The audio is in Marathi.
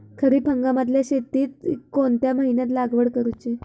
खरीप हंगामातल्या शेतीक कोणत्या महिन्यात लागवड करूची?